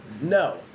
no